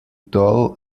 dull